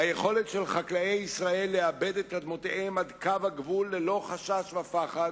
היכולת של חקלאי ישראל לעבד את אדמותיהם עד קו הגבול ללא חשש ופחד,